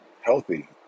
healthy